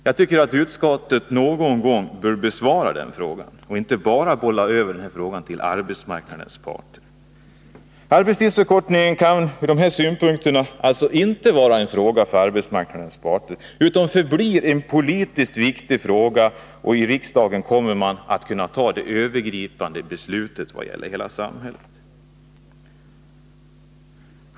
Jag tycker att utskottet någon gång borde besvara den frågan och inte bara bolla över den till arbetsmarknadens parter. Arbetstidsförkortningen kan alltså ur dessa synpunkter inte vara en fråga för arbetsmarknadens parter, utan det blir en politiskt viktig fråga. I riksdagen kommer man att kunna ta det övergripande beslutet vad det gäller hela samhället.